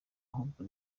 ahubwo